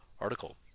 article